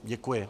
Děkuji.